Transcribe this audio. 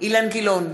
אילן גילאון,